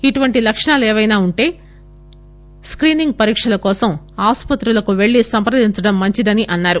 ఇటువంటి లక్షణాలు ఏవైనా వుంటే స్కీన్ పరీక్షల కోసం ఆసుపత్రులకు వెళ్లి సంప్రదించడం మంచిదని అన్నారు